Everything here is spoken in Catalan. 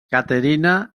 caterina